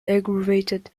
aggravated